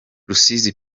rusizi